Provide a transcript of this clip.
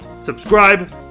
Subscribe